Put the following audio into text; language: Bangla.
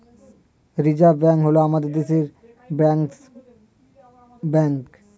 রিজার্ভ ব্যাঙ্ক হল আমাদের দেশের ব্যাঙ্কার্স ব্যাঙ্ক